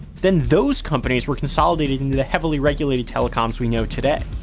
then those companies were consolidated into the heavily regulated telecoms we know today.